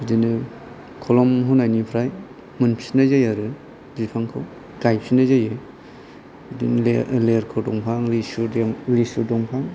बिदिनो खोलोम होनायनिफ्राय मोनफिननाय जायो आरो बिफांखौ गायफिननाय जायो बिदिनो लेरख' दंफां लिसु दंफां